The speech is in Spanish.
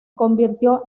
convirtió